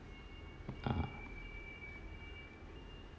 ah